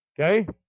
Okay